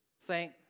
Thank